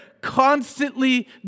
constantly